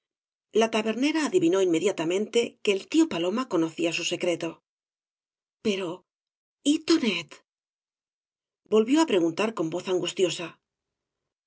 la tabernera adivinó inmediatamente que el tío paloma conocía su secreto pero y tonet volvió á preguntar con vez angustiosa